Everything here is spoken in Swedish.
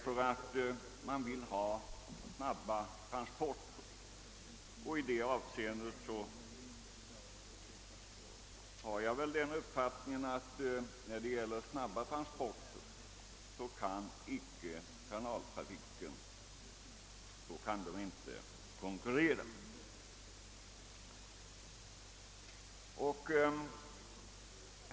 Folk vill ha snabba transporter, men när det gäller sådana transporter kan kanaltrafiken inte konkurrera.